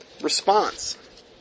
response